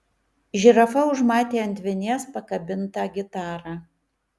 žirafa užmatė ant vinies pakabintą gitarą